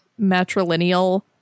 matrilineal